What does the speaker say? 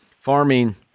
farming